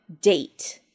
DATE